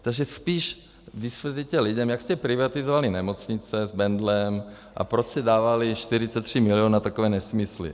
Takže spíš vysvětlete lidem, jak jste privatizovali nemocnice s Bendlem a proč jste dávali 43 milionů na takové nesmysly.